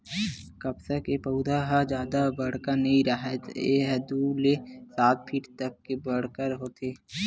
कपसा के पउधा ह जादा बड़का नइ राहय ए ह दू ले सात फीट तक के बड़का होथे